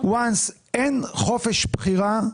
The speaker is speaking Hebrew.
ברגע שאין חופש בחירה,